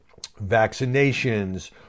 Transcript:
vaccinations